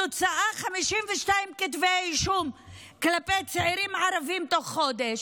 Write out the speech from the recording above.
התוצאה היא 52 כתבי אישום כלפי צעירים ערבים תוך חודש,